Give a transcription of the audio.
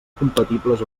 compatibles